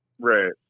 Right